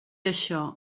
això